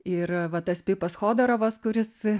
ir va tas pipas chodorovas kuris